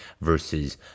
versus